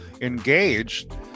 engaged